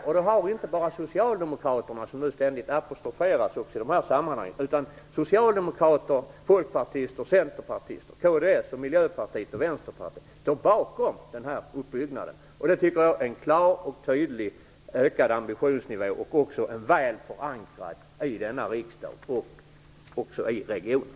Det är inte bara Socialdemokraterna, som ständigt apostroferas i detta sammanhang, utan också Folkpartiet, Centerpartiet, kds, Miljöpartiet och Vänsterpartiet som står bakom denna uppbyggnad. Det tycker jag är en klar och tydlig ökad ambitionsnivå. Den är väl förankrad i denna riksdag, och också i regionen.